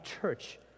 church